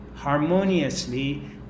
harmoniously